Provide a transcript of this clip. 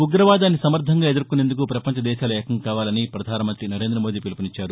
ఉగ్రవాదాన్ని సమర్దంగా ఎదుర్కొనేందుకు పపంచ దేశాలు ఏకం కావాలని ప్రధాన మంతి నరేందమోదీ పిలుపునిచ్చారు